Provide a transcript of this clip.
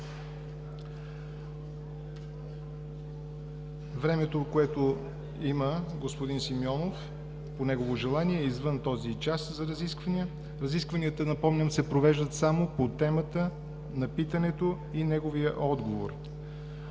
Времето, което има господин Симеонов по негово желание, е извън този час за разисквания. Разискванията – напомням – се провеждат само по темата на питането и неговия отговор.